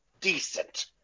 decent